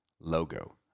logo